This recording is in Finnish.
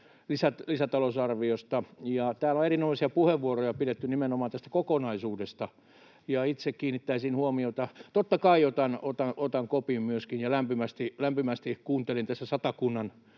lisätalousarviosta. Täällä on erinomaisia puheenvuoroja pidetty nimenomaan tästä kokonaisuudesta. Itse kiinnittäisin huomiota... — Totta kai otan kopin myöskin ja lämpimästi kuuntelin tässä Satakunnan